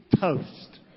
toast